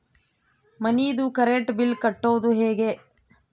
ಮನಿದು current bill ಕಟ್ಟೊದು ಹೇಗೆ?